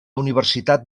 universitat